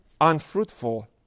unfruitful